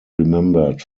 remembered